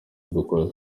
dukora